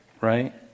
right